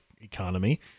economy